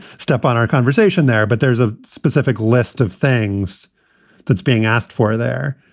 step on our conversation there, but there is a specific list of things that's being asked for there.